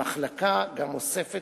המחלקה גם אוספת